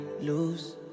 lose